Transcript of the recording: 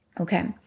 Okay